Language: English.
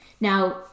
Now